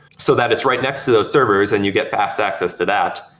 so that it's right next to those servers and you get fast access to that,